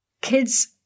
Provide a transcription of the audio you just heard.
Kids